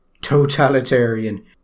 totalitarian